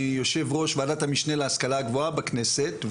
אני יו"ר ועדת המשנה להשכלה גבוהה בכנסת,